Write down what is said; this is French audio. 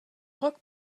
rock